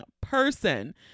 person